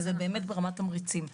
וזה באמת ברמת תמריצים.